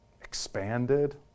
expanded